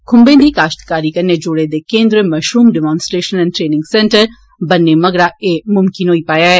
खूम्बे दी काश्तकारी कन्ने जुड़े दे केन्द्र mushroom demonstration and training centre बनने मगरा मुमकन होई पाया ऐ